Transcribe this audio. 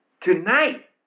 Tonight